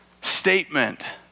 statement